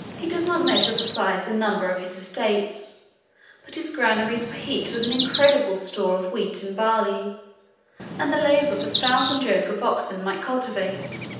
he does not measure the size and number of his estates but his granaries were heaped with an incredible store of wheat and barley and the labor of a thousand yoke of oxen might cultivate,